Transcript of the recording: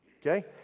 okay